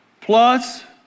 plus